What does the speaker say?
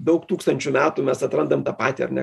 daug tūkstančių metų mes atrandame tą patį ar ne